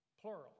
plural